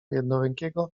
jednorękiego